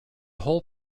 whole